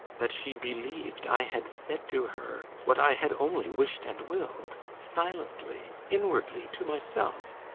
that she believed i had said to her what i had only wished and willed silently inwardly to myself?